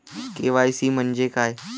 KYC म्हंजे काय?